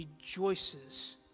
rejoices